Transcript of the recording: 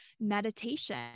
meditation